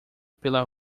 pela